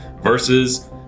versus